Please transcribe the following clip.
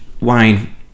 wine